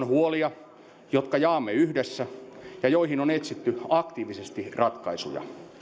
huolia jotka jaamme yhdessä ja joihin on etsitty aktiivisesti ratkaisuja